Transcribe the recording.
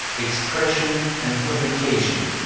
expression and publication.